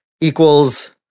equals